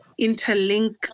interlink